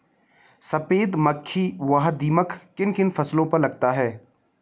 सफेद मक्खी व दीमक किन किन फसलों पर लगते हैं?